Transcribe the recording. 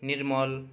निर्मल